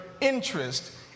interest